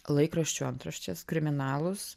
laikraščių antraštes kriminalus